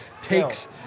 takes